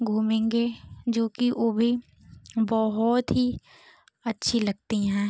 घूमेंगे जो कि वो भी बहुत ही अच्छी लगती हैं